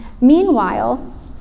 Meanwhile